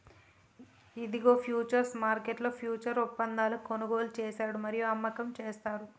ఇదిగో ఫ్యూచర్స్ మార్కెట్లో ఫ్యూచర్స్ ఒప్పందాలను కొనుగోలు చేశాడు మరియు అమ్మకం చేస్తారు